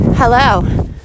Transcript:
Hello